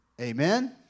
Amen